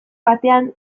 batean